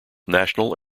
national